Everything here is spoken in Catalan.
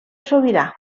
sobirà